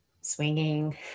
swinging